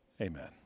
Amen